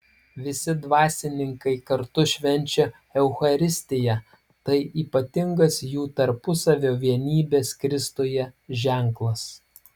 visi dvasininkai kartu švenčia eucharistiją tai ypatingas jų tarpusavio vienybės kristuje ženklas